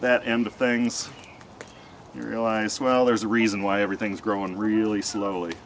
that end of things you realize well there's a reason why everything's growing really slowly